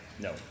No